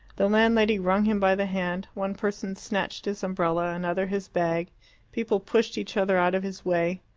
the landlady wrung him by the hand one person snatched his umbrella, another his bag people pushed each other out of his way.